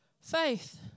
Faith